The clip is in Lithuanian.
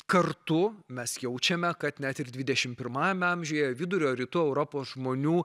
kartu mes jaučiame kad net ir dvidešimt pirmajame amžiuje vidurio rytų europos žmonių